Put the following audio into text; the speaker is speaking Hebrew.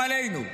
גם עלינו,